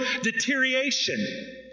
deterioration